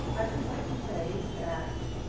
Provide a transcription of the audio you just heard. i'd just like to say that